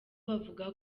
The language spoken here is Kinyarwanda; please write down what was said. bavuga